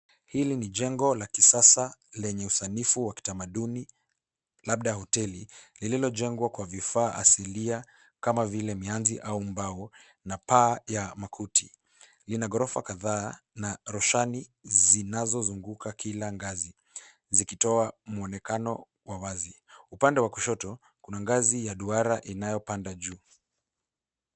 Hili ni jengo la kisasa lenye usanifu wa kitamaduni, labda hoteli. Jengo hilo limejengwa kwa vifaa asilia kama vile mianzi au mbao na paa la makuti. Lina ghorofa kadhaa na roshani zinazozunguka kila ngazi, zikitoa muonekano wa wazi. Upande wa kushoto, kuna ngazi ya duara inayopanda juu.